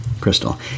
crystal